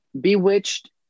Bewitched